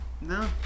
No